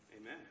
Amen